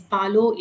Palo